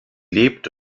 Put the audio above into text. lebt